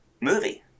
movie